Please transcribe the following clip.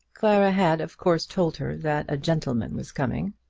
clara had of course told her that a gentleman was coming.